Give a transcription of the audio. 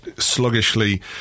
sluggishly